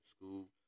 school